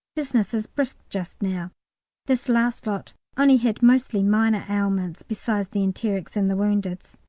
business is brisk just now this last lot only had mostly minor ailments, besides the enterics and the woundeds.